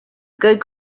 good